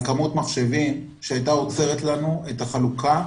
כמות מחשבים שהייתה עוצרת לנו את החלוקה